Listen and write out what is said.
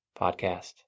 Podcast